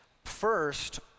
First